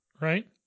right